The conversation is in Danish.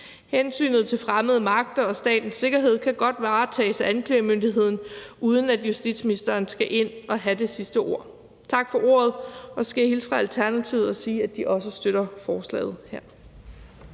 Hensynet til fremmede magter og statens sikkerhed kan godt varetages af anklagemyndigheden, uden at justitsministeren skal ind at have det sidste ord. Tak for ordet. Så skal jeg hilse fra Alternativet og sige, at de også støtter forslaget her.